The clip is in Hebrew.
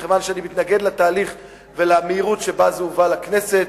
מכיוון שאני מתנגד לתהליך ולמהירות שבה זה הובא לכנסת.